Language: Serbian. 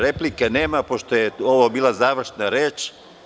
Replike nema, pošto je ovo bila završna reč.